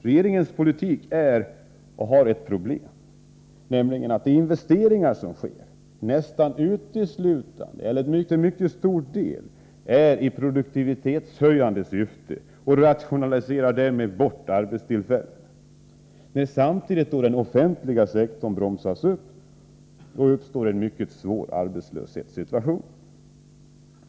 Regeringens politik medför också ett annat problem, nämligen att de investeringar som görs nästan uteslutande eller i varje fall till mycket stor del har ett produktivitetshöjande syfte och rationaliserar därmed bort arbetstillfällen. När samtidigt den offentliga sektorn bromsas upp uppstår en mycket svår arbetslöshetssituation.